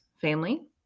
family